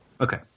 Okay